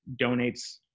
donates